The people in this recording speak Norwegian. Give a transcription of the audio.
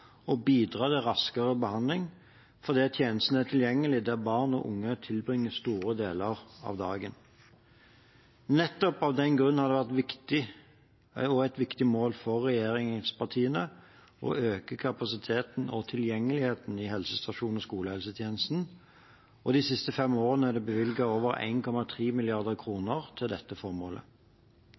bidra til raskere behandling, fordi tjenesten er tilgjengelig der hvor barn og unge tilbringer store deler av dagen. Nettopp av den grunn har det vært et viktig mål for regjeringspartiene å øke kapasiteten og tilgjengeligheten i helsestasjons- og skolehelsetjenesten, og de siste fem årene er det bevilget over 1,3 mrd. kr til dette formålet.